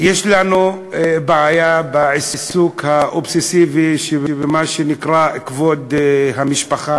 יש לנו בעיה בעיסוק האובססיבי במה שנקרא "כבוד המשפחה",